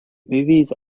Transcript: movies